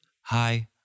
hi